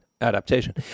adaptation